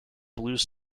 blues